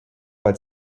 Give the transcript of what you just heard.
pat